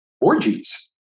orgies